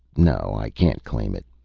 no, i can't claim it.